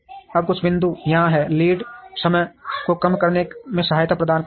अब कुछ बिंदु यहां हैं लीड समय को कम करने में सहायता प्राप्त करना